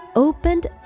opened